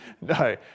No